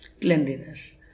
cleanliness